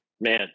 Man